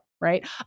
right